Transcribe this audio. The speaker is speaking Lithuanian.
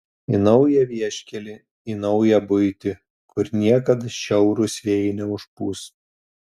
į naują vieškelį į naują buitį kur niekad šiaurūs vėjai neužpūs